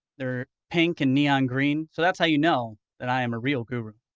they're pink and neon green. so that's how you know that i am a real guru.